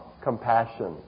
compassion